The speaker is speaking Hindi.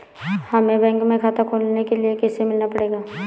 हमे बैंक में खाता खोलने के लिए किससे मिलना पड़ेगा?